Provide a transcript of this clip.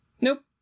nope